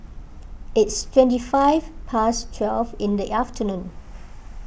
it's twenty five past twelve in the afternoon